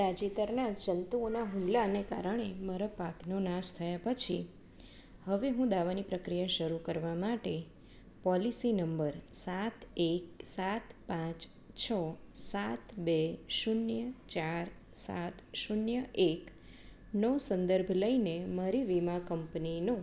તાજેતરના જંતુઓના હુમલાને કારણે મારા પાકનો નાશ થયા પછી હવે હું દાવાની પ્રક્રિયા શરૂ કરવા માટે પૉલિસી નંબર સાત એક સાત પાંચ છ સાત બે શૂન્ય ચાર સાત શૂન્ય એકનો સંદર્ભ લઇને મારી વીમા કંપનીનો